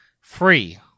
free